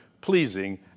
pleasing